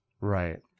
Right